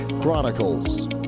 Chronicles